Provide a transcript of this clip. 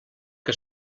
que